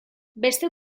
beste